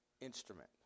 instrument